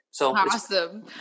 Awesome